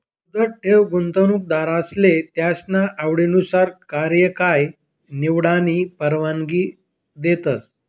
मुदत ठेव गुंतवणूकदारसले त्यासना आवडनुसार कार्यकाय निवडानी परवानगी देतस